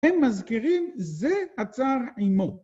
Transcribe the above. הם מזכירים זה הצער עמו.